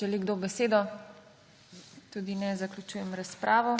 Želi kdo besedo? Tudi ne. Zaključujem razpravo.